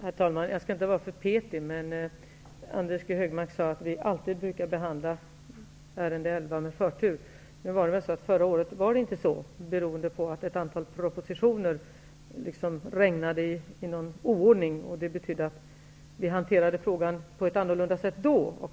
Herr talman! Jag skall inte vara för petig, men Anders G Högmark sade att vi alltid brukar behandla betänkande 11 med förtur. Förra året var det inte så, beroende på att ett antal propositioner ''regnade'' i oordning. Det betydde att vi hanterade frågan på ett annorlunda sätt då.